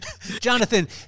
Jonathan